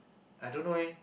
I don't know eh